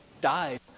died